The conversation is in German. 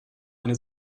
eine